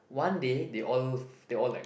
one day they all they all like